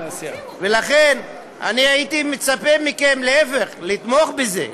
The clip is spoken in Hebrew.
לכן הייתי מצפה מכם להפך, לתמוך בזה.